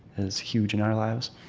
is huge in our lives